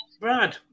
Brad